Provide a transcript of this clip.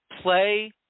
play